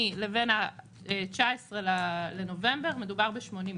באוגוסט לבין ה-19 בנובמבר מדובר ב-80 ימים.